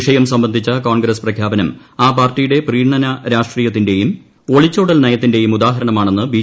വിഷയം സംബന്ധിച്ച കോൺഗ്രസ് പ്രഖ്യാപനം ആ പാർട്ടിയുടെ പ്രീണന രാഷ്ട്രീയത്തിന്റെയും ഒളിച്ചോടൽ നയത്തിന്റെയും ഉദാഹരണമാണെന്ന് ബി